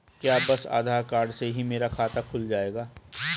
क्या बस आधार कार्ड से ही मेरा खाता खुल जाएगा?